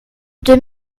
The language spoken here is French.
deux